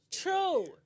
True